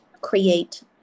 create